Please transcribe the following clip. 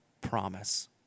promise